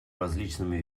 различными